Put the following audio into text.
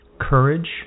courage